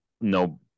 no